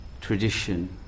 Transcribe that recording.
tradition